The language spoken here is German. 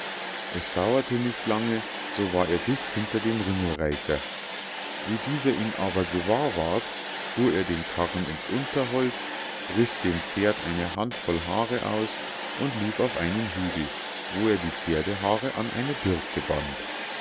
es dauerte nicht lange so war er dicht hinter dem ringelreicher wie dieser ihn aber gewahr ward fuhr er den karren ins unterholz riß dem pferd eine handvoll haare aus und lief auf einen hügel wo er die pferdehaare an eine birke band